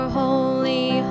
holy